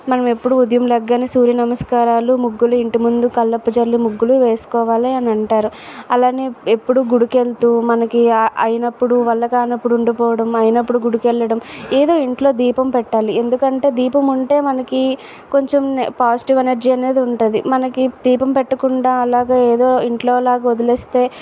మనం ఎప్పుడు ఉదయం లేవగానే సూర్య నమస్కారాలు ముగ్గులు ఇంటి ముందు కల్లాపు చల్లి ముగ్గులు వేసుకోవాలి అని అంటారు అలాగే ఎప్పుడు గుడికి వెళుతు మనకి అయినప్పుడు వల్ల కానప్పుడు ఉండిపోవడం అయినప్పుడు గుడికి వెళ్ళడం ఏదో ఇంట్లో దీపం పెట్టాలి ఎందుకంటే దీపం ఉంటే మనకి కొంచెం పాజిటివ్ ఎనర్జీ అనేది ఉంటుంది మనకి దీపం పెట్టకుండా అలాగే ఏదో ఇంట్లో లాగా వదిలేస్తే